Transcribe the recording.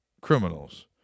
Criminals